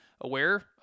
aware